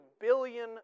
billion